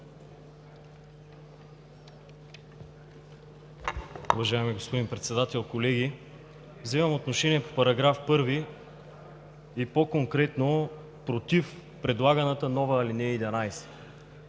Уважаеми господин Председател, колеги, взимам отношение по § 1 и по-конкретно против предлаганата нова ал. 11.